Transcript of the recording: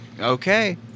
Okay